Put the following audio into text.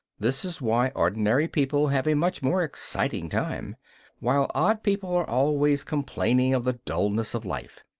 this is why ordinary people have a much more exciting time while odd people are always complaining of the dulness of life.